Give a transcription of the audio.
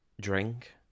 Drink